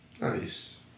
Nice